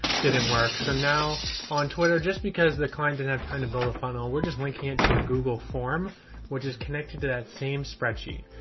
did it work? so now on twitter, just because the client didn't have time to build a funnel, we're just linking into a google form which is connected to that same spreadsheet.